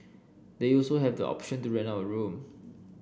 they also have the option to rent out a room